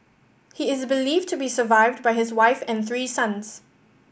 he is believed to be survived by his wife and three sons